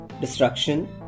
destruction